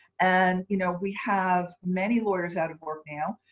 and you know we have many lawyers out of work now.